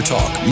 Talk